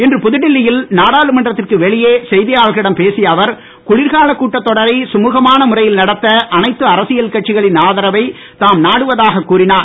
இன்று புதுடெல்லியில் நாடாளுமன்றத்திற்கு வெளியே செய்தியாளர்களிடம் பேசிய அவர் குளிர்கால கூட்டத் தொடரை சுமுகமான முறையில் நடத்த அனைத்து அரசியல் கட்சிகளின் ஆதரவை தாம் நாடுவதாக கூறினார்